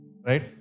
Right